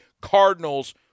Cardinals